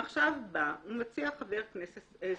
עכשיו בא ומציע חבר הכנסת סמוטריץ'